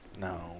No